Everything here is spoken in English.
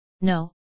No